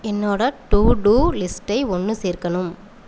என்னோடய to do லிஸ்ட்டை ஒன்று சேர்க்கணும்